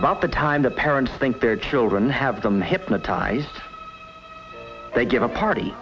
about the time the parents think their children have them hypnotized they get a party